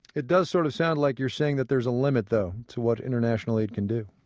it does sort of sound like you're saying that there's a limit, though, to what international aid can do.